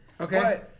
Okay